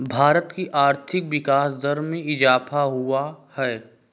भारत की आर्थिक विकास दर में इजाफ़ा हुआ है